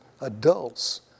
adults